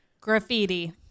Graffiti